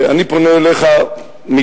אני פונה אליך מכאן,